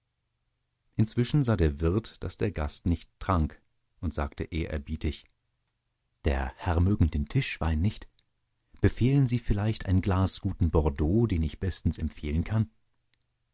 inzwischen sah der wirt daß der gast nicht trank und sagte ehrerbietig der herr mögen den tischwein nicht befehlen sie vielleicht ein glas guten bordeaux den ich bestens empfehlen kann